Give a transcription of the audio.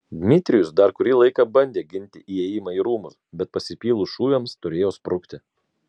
dmitrijus dar kurį laiką bandė ginti įėjimą į rūmus bet pasipylus šūviams turėjo sprukti